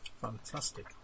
Fantastic